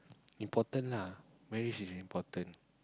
important lah marriage is important